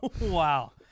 Wow